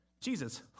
Jesus